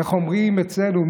איך אומרים אצלנו?